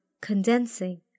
condensing